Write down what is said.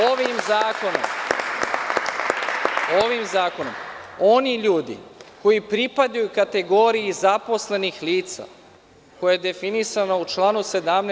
Ovim zakonom oni ljudi koji pripadaju kategoriji zaposlenih lica koja je definisana u članu 17.